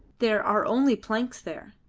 there are only planks there.